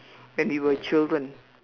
when we were children